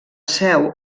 seu